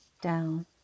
down